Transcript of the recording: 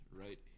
right